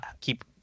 keep